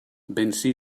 bensì